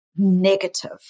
Negative